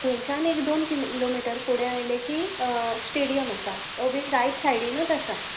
थंयचान एक दोन kilometre फुडें आयले की स्टेडीयम आसा तो बी राइट सायडीनूच आसा